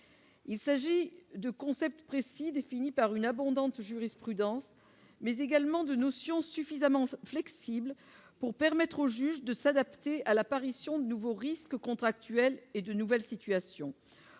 Il s'agit de concept précis, défini par une abondante jurisprudence mais également de notions suffisamment ce flexible pour permettre au juge de s'adapter à l'apparition de nouveaux risques contractuels et de nouvelles situations,